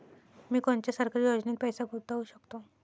मी कोनच्या सरकारी योजनेत पैसा गुतवू शकतो?